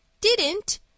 didn't